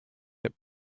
that